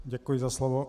Děkuji za slovo.